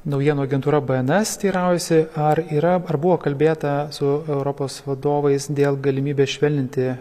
naujienų agentūra bns teiraujasi ar yra ar buvo kalbėta su europos vadovais dėl galimybės švelninti